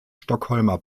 stockholmer